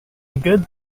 good